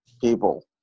people